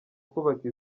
kubaka